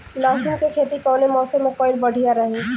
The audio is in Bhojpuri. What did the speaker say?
लहसुन क खेती कवने मौसम में कइल बढ़िया रही?